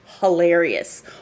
hilarious